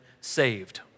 saved